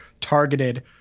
targeted